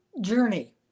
journey